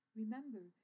remember